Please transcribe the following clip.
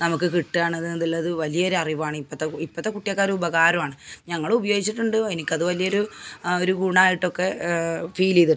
നമുക്ക് കിട്ടണതെന്നുള്ളത് വലിയൊരറിവാണ് ഇപ്പത്തെ ഇപ്പത്തെ കുട്ടികൾക്കൊരുപകാരം ആണ് ഞങ്ങൾ ഉപയോഗിച്ചിട്ടുണ്ട് എനിക്കത് വലിയൊരു ഒരു ഗുണമായിട്ടൊക്കെ ഫീൽ ചെയ്തിട്ടുണ്ട്